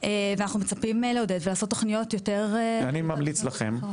ואנחנו מצפים לעודד ולעשות תוכניות יותר --- אני ממליץ לכם,